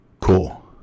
Cool